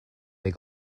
they